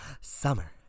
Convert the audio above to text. summer